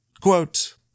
Quote